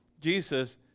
jesus